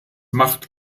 macht